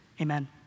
Amen